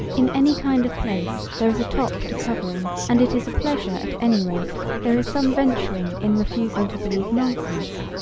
in any kind of place there is a top to covering and it is a pleasure at any rate there is some venturing in refusing to believe nonsense.